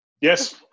Yes